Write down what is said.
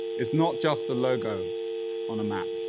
is not just a logo on a map.